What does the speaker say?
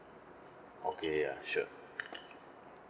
okay ya sure